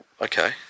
Okay